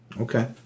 Okay